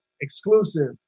exclusive